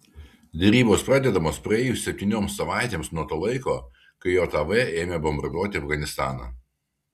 derybos pradedamos praėjus septynioms savaitėms nuo to laiko kai jav ėmė bombarduoti afganistaną